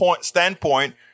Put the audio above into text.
standpoint